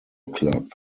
club